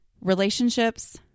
Relationships